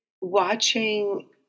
watching